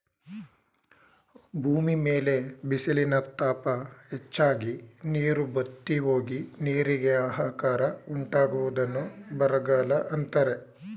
ಭೂಮಿ ಮೇಲೆ ಬಿಸಿಲಿನ ತಾಪ ಹೆಚ್ಚಾಗಿ, ನೀರು ಬತ್ತಿಹೋಗಿ, ನೀರಿಗೆ ಆಹಾಕಾರ ಉಂಟಾಗುವುದನ್ನು ಬರಗಾಲ ಅಂತರೆ